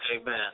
Amen